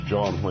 John